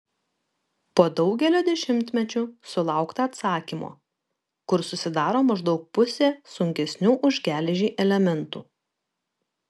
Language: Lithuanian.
po daugelio dešimtmečių sulaukta atsakymo kur susidaro maždaug pusė sunkesnių už geležį elementų